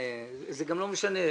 זה גם לא משנה.